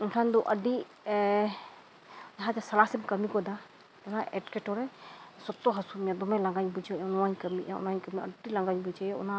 ᱮᱱᱠᱷᱟᱱ ᱫᱚ ᱟᱹᱰᱤ ᱡᱟᱦᱟᱸᱛᱤᱥ ᱥᱟᱞᱟᱥᱮᱢ ᱠᱟᱹᱢᱤ ᱜᱚᱫᱟ ᱡᱟᱦᱟᱱᱟᱜ ᱮᱴᱠᱮᱴᱚᱬᱮ ᱥᱚᱠᱛᱚ ᱦᱟᱹᱥᱩᱧᱟ ᱫᱚᱢᱮ ᱞᱟᱸᱜᱟᱧ ᱵᱩᱡᱷᱟᱹᱣᱮᱫᱟ ᱱᱚᱣᱟᱧ ᱠᱟᱹᱢᱤᱭᱮᱫᱟ ᱚᱱᱟᱧ ᱠᱟᱹᱢᱤᱭᱮᱫᱟ ᱟᱹᱰᱤ ᱞᱟᱸᱜᱟᱧ ᱵᱩᱡᱷᱟᱹᱣᱮᱫᱟ ᱚᱱᱟ